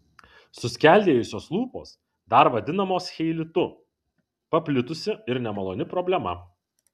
suskeldėjusios lūpos dar vadinamos cheilitu paplitusi ir nemaloni problema